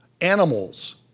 Animals